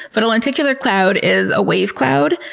but a lenticular cloud is a wave cloud,